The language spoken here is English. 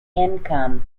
income